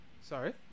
Sorry